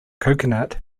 coconut